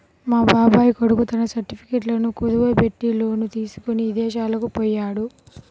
మా బాబాయ్ కొడుకు తన సర్టిఫికెట్లను కుదువబెట్టి లోను తీసుకొని ఇదేశాలకు పొయ్యాడు